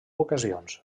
ocasions